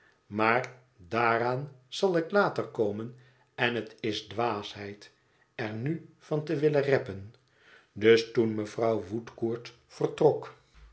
maar daaraan zal ik later komen en het is dwaasheid er nu van te willen reppen toen dus mevrouw woodcourt vertrok